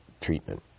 treatment